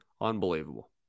Unbelievable